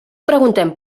preguntem